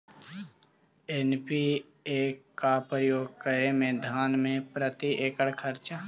NPK का प्रयोग करे मे धान मे प्रती एकड़ खर्चा?